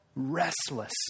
Restless